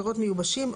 פירות מיושבים,